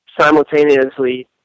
simultaneously